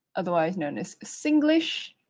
otherwise known as singlish.